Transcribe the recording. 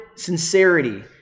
sincerity